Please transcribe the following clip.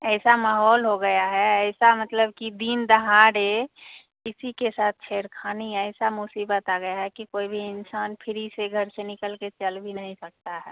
ऐसा माहौल हो गया है ऐसा मतलब कि दिन दहाड़े किसी के साथ छेड़खानी या ऐसा मुसीबत आ गया है कि कोई भी इंसान फिरी से घर से निकलके चल भी नहीं सकता है